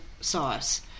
sauce